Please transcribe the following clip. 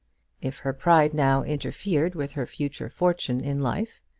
if her pride now interfered with her future fortune in life,